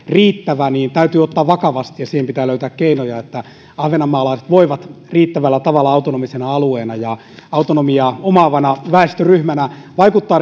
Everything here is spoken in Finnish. riittävä täytyy ottaa vakavasti ja siihen pitää löytää keinoja että ahvenanmaalaiset voivat riittävällä tavalla autonomisena alueena ja autonomiaa omaavana väestöryhmänä vaikuttaa